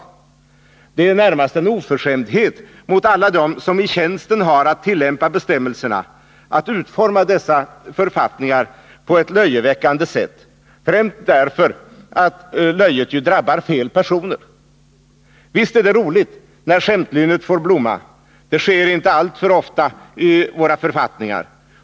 Att utforma dessa författningar på ett löjeväckande sätt är närmast en oförskämdhet mot alla dem som i tjänsten har att tillämpa bestämmelserna, främst därför att löjet ju drabbar fel personer. Visst är det roligt när skämtlynnet får blomma. Det sker inte alltför ofta i våra författningar.